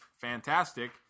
fantastic